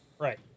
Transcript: Right